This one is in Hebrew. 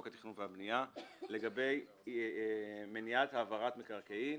התכנון והבנייה לגבי מניעת העברת מקרקעין